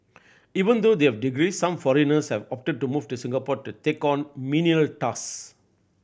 even though they have degrees some foreigners have opted to move to Singapore to take on menial tasks